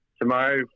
Tomorrow